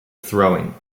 throwing